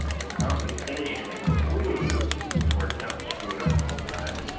and compensation includes, this is where accountants screw it up all the time.